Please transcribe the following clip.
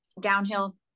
downhill